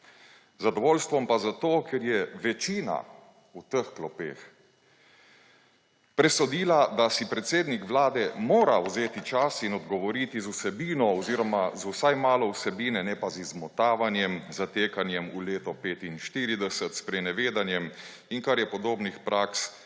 zadovoljstvom pa zato, ker je večina v teh klopeh presodila, da si predsednik Vlade mora vzeti čas in odgovoriti z vsebino oziroma z vsaj malo vsebine, ne pa z izmotavanjem, zatekanjem v leto 1945, sprenevedanjem in kar je podobnih praks,